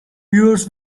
viewers